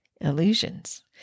illusions